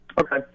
Okay